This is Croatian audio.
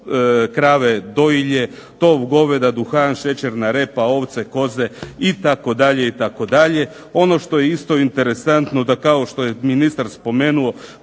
krave dojilje, tov goveda, duhan, šećerna repa, ovce, koze itd. itd. Ono što je isto interesantno da kao što je ministar spomenuo